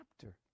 chapter